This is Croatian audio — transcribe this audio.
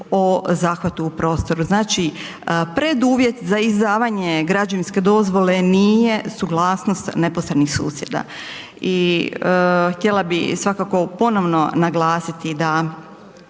o zahvatu u prostoru. Znači, preduvjet za izdavanje građevinske dozvole nije suglasnost neposrednih susjeda i htjela bih svakako ponovno naglasiti da